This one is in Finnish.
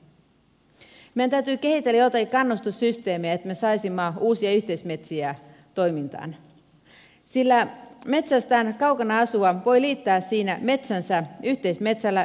meidän täytyy kehitellä joitakin kannustussysteemejä jotta me saisimme uusia yhteismetsiä toimintaan sillä metsästään kaukana asuva voi liittää siinä metsänsä yhteismetsään